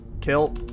Kill